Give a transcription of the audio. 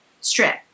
strip